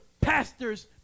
pastors